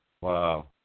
Wow